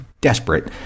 desperate